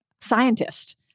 Scientist